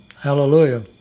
Hallelujah